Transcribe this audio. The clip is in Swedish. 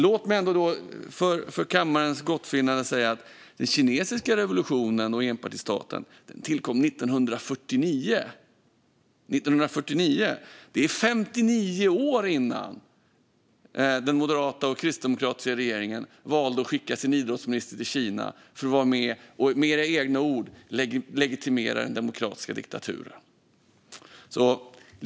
Låt mig ändå för kammarens gottfinnande säga att den kinesiska revolutionen och enpartistaten tillkom 1949. Det är 59 år innan den moderata och kristdemokratiska regeringen valde att skicka sin idrottsminister till Kina för att vara med och, med era egna ord, legitimera den demokratiska diktaturen.